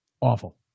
Awful